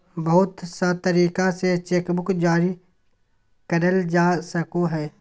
बहुत सा तरीका से चेकबुक जारी करल जा सको हय